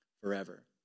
forever